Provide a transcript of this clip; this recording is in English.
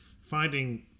finding